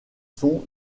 sons